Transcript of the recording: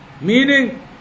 Meaning